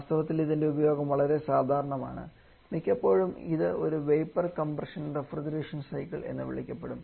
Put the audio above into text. വാസ്തവത്തിൽ ഇതിന്റെ ഉപയോഗം വളരെ സാധാരണമാണ് മിക്കപ്പോഴും ഇത് ഒരു വേപ്പർ കംപ്രഷൻ റഫ്രിജറേഷൻ സൈക്കിൾ എന്ന് വിളിക്കപ്പെടുന്നു